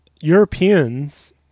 Europeans